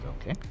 Okay